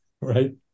right